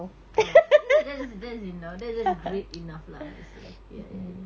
ya I think that that is enough that that is great enough lah I would say ya ya ya